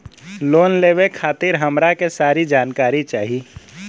Loan लेवे खातीर हमरा के सारी जानकारी चाही?